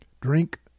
drink